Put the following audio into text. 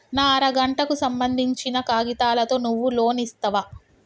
నా అర గంటకు సంబందించిన కాగితాలతో నువ్వు లోన్ ఇస్తవా?